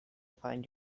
find